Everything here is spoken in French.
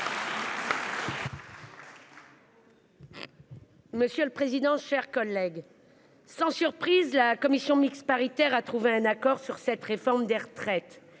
messieurs les ministres, mes chers collègues, sans surprise, la commission mixte paritaire a trouvé un accord sur cette réforme des retraites.